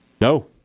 No